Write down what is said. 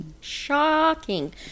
Shocking